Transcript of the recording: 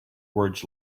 words